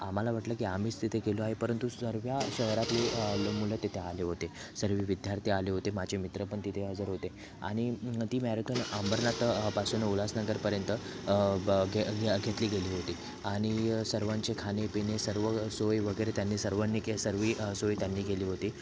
आम्हाला वाटलं की आम्हीच तिथे गेलो आहे परंतु सर्व शहरातून मुलं तिथे आले होते सर्व विद्यार्थी आले होते माझे मित्र पण तिथे हजर होते आणि ती मॅराथॉन अंबरनाथपासून उल्हासनगर पर्यंत घे घेतली गेली होती आणि सर्वांचे खाणे पिणे सर्व सोय वगैरे त्यांनी सर्वांनी के सर्व सोय त्यांनी केली होती